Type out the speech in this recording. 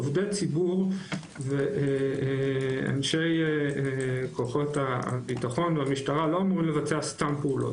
עובדי ציבור ואנשי כוחות הביטחון והמשטרה לא אמורים לבצע סתם פעולות.